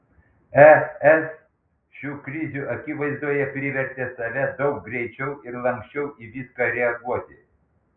es šių krizių akivaizdoje privertė save daug greičiau ir lanksčiau į viską reaguoti